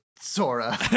Sora